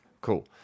Cool